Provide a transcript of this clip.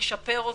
נשפר אותו,